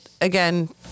again